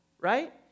right